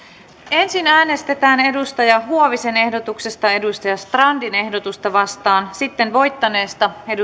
ensin äänestetään susanna huovisen ehdotuksesta joakim strandin ehdotusta vastaan sitten voittaneesta